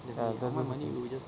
ya that's that's the thing